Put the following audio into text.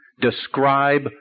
describe